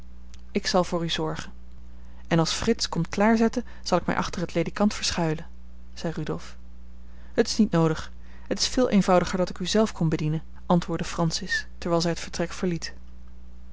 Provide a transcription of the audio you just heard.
ik zal voor u zorgen en als frits komt klaarzetten zal ik mij achter het ledikant verschuilen zei rudolf het is niet noodig het is veel eenvoudiger dat ik u zelf kom bedienen antwoordde francis terwijl zij het vertrek verliet